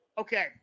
okay